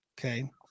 Okay